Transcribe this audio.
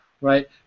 right